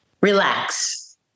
Relax